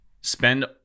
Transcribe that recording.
Spend